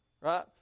right